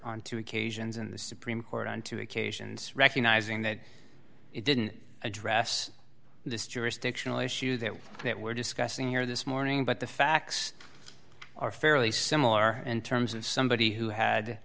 on two occasions in the supreme court on two occasions recognizing that you didn't address this jurisdictional issue that we're discussing here this morning but the facts are fairly similar in terms of somebody who had